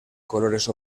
colores